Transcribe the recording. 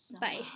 Bye